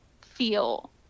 feel